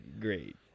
great